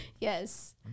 Yes